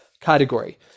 category